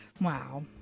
Wow